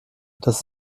das